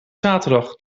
zaterdag